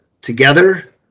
together